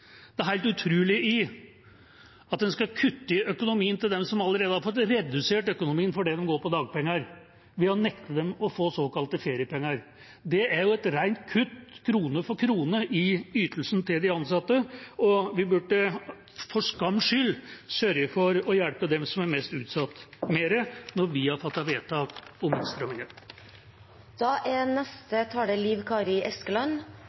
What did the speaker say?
er det helt utrolige i at en skal kutte i økonomien til dem som allerede har fått redusert økonomien fordi de går på dagpenger, ved å nekte dem å få såkalte feriepenger. Det er jo et rent kutt, krone for krone, i ytelsen til de ansatte, og vi burde for skams skyld sørge for å hjelpe dem som er mest utsatt, mer når vi har fattet vedtak om